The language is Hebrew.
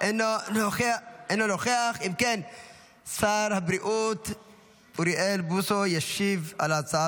אנחנו כן נפגין בשישי ונביע עמדה חד-משמעית וברורה,